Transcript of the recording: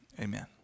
Amen